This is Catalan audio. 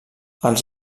els